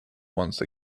once